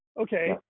Okay